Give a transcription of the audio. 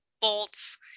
bolts